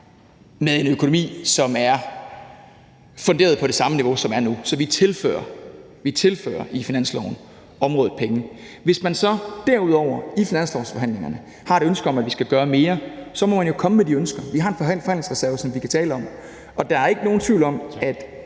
med en økonomi, som er funderet på det samme niveau, som der er nu. Så vi tilfører området penge i finansloven. Hvis man så derudover i finanslovsforhandlingerne har et ønske om, at vi skal gøre mere, så må man jo komme med de ønsker. Vi har en forhandlingsreserve, som vi kan tale om, og der er ikke nogen tvivl om, at